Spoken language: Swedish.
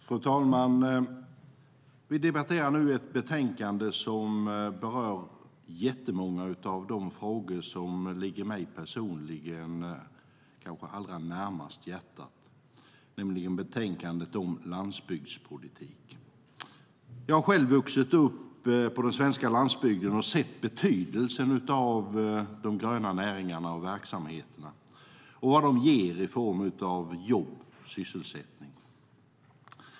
Fru talman! Vi debatterar nu ett betänkande som berör många av de frågor som ligger mig kanske allra närmast hjärtat, nämligen betänkandet om landsbygdspolitiken. Jag har själv vuxit upp på den svenska landsbygden och sett betydelsen av de gröna näringarna och verksamheterna och vad de ger i form av jobb och sysselsättning.